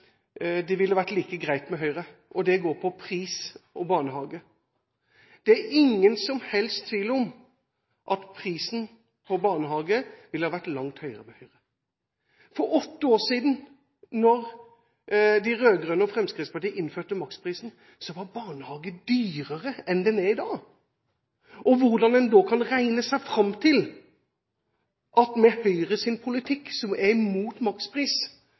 det ville vært like greit med Høyre. Det går på pris og barnehage. Det er ingen som helst tvil om at prisen på barnehage ville vært langt høyere med Høyre. For åtte år siden, da de rød-grønne og Fremskrittspartiet innførte maksprisen, var barnehage dyrere enn i dag. Hvordan en da kan regne seg fram til at en ikke ville fått adskillig dyrere barnehageplasser med Høyres politikk – Høyre som er imot makspris